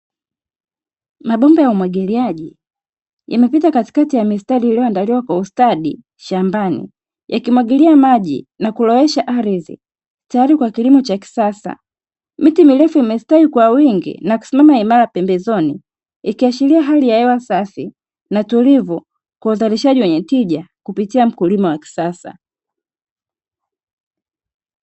Mabomba ya umwagiliaji yamepita katikati ya mistari iliyoandaliwa kwa ustadi shambani, yakimwagilia maji na kulowesha ardhi tayari kwa kilimo cha kisasa. Miti mirefu imestawi kwa wingi na kusimama imara pembezoni ikiashiria hali ya hewa safi na tulivu kwa uzalishaji wenye tija kupitia mkulima wa kisasa.